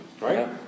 Right